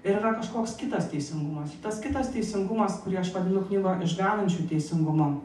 ir yra kažkoks kitas teisingumas tas kitas teisingumas kurį aš vadinu knygoj išganančiu teisingumu